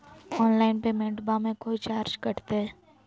Online पेमेंटबां मे कोइ चार्ज कटते?